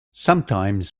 sometimes